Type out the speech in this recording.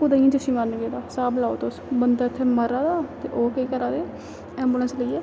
कुदै इ'यां जैशी मारन गेदा स्हाब लैओ तुस बंदे इत्थै मरा दा ते ओह् केह् करा दे ऐंबुलेंस लेइयै